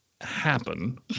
happen